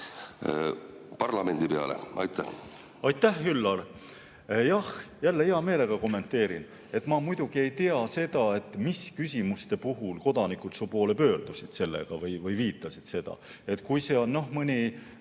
parlamendi peale. Aitäh,